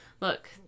look